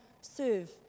serve